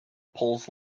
pulls